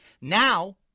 now